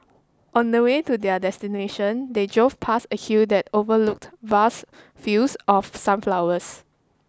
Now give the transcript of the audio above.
on the way to their destination they drove past a hill that overlooked vast fields of sunflowers